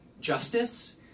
justice